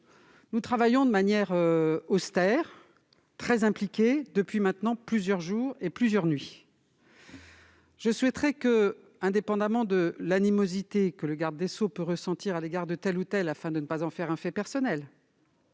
Nous travaillons de manière austère et très impliquée depuis plusieurs jours et plusieurs nuits. Je souhaiterais, indépendamment de l'animosité que le garde des sceaux peut ressentir à l'égard de tel ou tel, ... Mais je ne vous connaissais pas